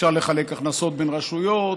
אפשר לחלק הכנסות בין רשויות.